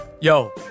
yo